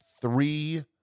three